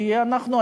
כי אנחנו,